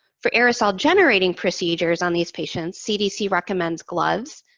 for aerosol-generating procedures on these patients, cdc recommends gloves,